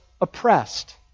oppressed